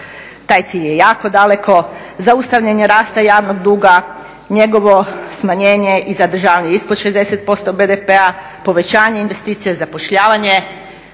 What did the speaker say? Taj cilj je jako daleko. Zaustavljanje rasta javnog duga, njegovo smanjenje i zadržavanje ispod 60% BDP-a, povećanje investicija, zapošljavanje.